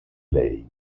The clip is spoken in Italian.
lei